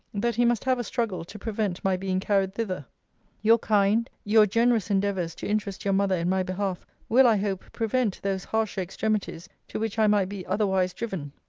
that he must have a struggle to prevent my being carried thither your kind, your generous endeavours to interest your mother in my behalf, will, i hope, prevent those harsher extremities to which i might be otherwise driven.